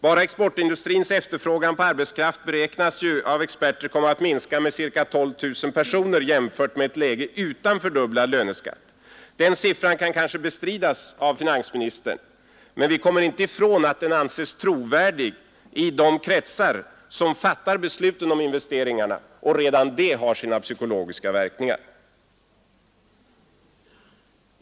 Bara exportindustrins efterfrågan på arbetskraft beräknas av experter komma att minska med ca 12 000 personer jämfört med ett läge utan fördubblad löneskatt. Den siffran kan kanske bestridas av finansministern, men vi kommer inte ifrån att den anses trovärdig i de kretsar som fattar beslut om investeringarna, och redan detta har sina psykologiska verkningar.